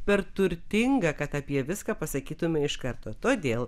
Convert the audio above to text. per turtinga kad apie viską pasakytume iš karto todėl